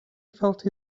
felt